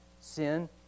sin